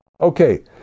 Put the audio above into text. Okay